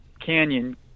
Canyon